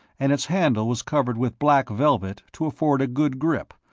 and its handle was covered with black velvet to afford a good grip,